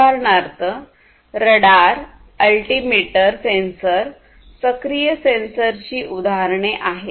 उदाहरणार्थ radar altimeter sensor सक्रिय सेन्सरची उदाहरणे आहेत